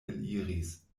eliris